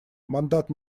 мандат